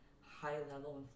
high-level